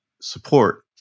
support